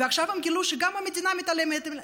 עכשיו, הם גילו שגם המדינה מתעלמת.